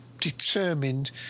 determined